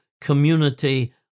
community